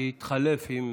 שהתחלף עם